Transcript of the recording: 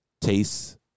taste